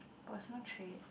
personal trip